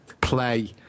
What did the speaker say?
play